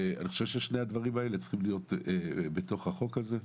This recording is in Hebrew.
שני הדברים האלה צריכים להיות בחוק הזה.